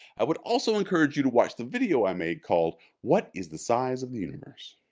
i would also encourage you to watch the video i made called what is the size of the universe?